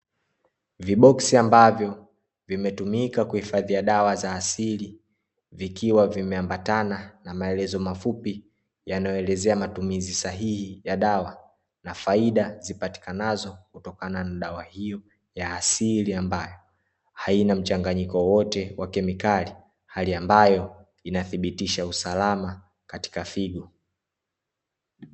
Viboksi ambavyo vimetumika kuhifadhia dawa za asili, vikiwa vimeambatana na maelezo mafupi, yanayoelezea matumizi sahihi ya dawa na faida zipatikanazo kutokana na dawa hiyo ya asili, ambayo haina mchanganyiko wowote wa kemikali hali ambayo inathibitisha usalama katika figo.